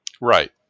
right